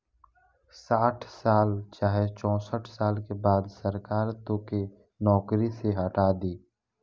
साठ साल चाहे चौसठ साल के बाद सरकार तोके नौकरी से हटा दी